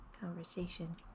conversation